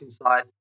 inside